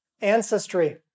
ancestry